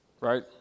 right